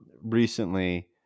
recently